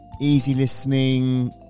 easy-listening